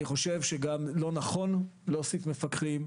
אני חושב שגם לא נכון להוסיף מפקחים.